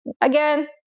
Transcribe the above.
again